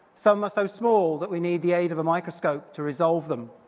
some are so small that we need the aid of a microscope to resolve them.